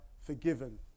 forgiven